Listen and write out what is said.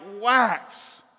wax